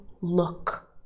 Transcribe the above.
look